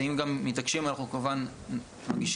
ואם מתעקשים גם אנחנו כמובן מגישים,